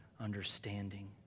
understanding